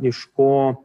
iš ko